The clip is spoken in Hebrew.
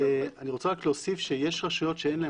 אני רוצה רק להוסיף שיש רשויות שאין שם